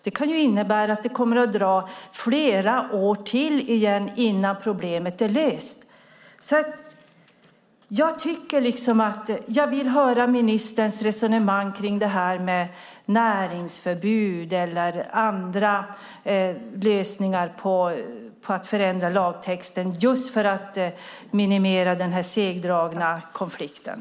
Det kan innebära att det kommer att gå flera år till igen innan problemet är löst. Jag vill höra ministerns resonemang om näringsförbud eller andra lösningar på att förändra lagtexten, just för att minimera den segdragna konflikten.